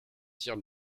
sir